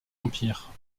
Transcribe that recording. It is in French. empire